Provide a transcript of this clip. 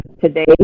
today